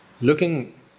looking